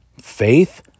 faith